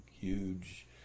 huge